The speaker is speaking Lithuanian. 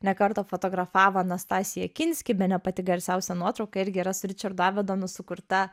ne kartą fotografavo anastasiją kinski bene pati garsiausia nuotrauka irgi yra su ričardu avedonu sukurta